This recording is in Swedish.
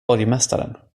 borgmästaren